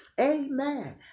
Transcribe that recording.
Amen